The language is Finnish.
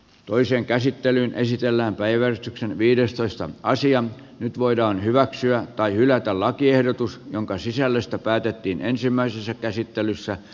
toisen käsittelyn esitellään päivä viidestoista asian nyt voidaan hyväksyä tai hylätä lakiehdotus jonka sisällöstä päätettiin ensimmäisessä käsittelyssä